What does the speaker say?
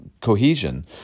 cohesion